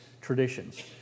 traditions